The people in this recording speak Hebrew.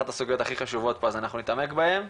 הסוגיות הכי חשובות פה אז אנחנו נתעמק בהן.